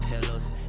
pillows